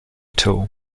tool